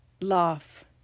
laugh